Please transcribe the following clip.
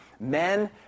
Men